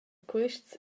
quists